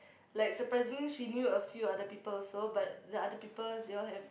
like surprisingly she knew a few other people also but the other people they all have